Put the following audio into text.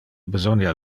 besonia